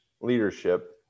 leadership